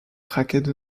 craquaient